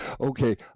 Okay